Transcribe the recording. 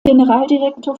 generaldirektor